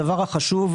הדבר החשוב,